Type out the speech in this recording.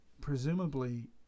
presumably